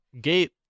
Gate